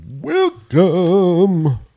Welcome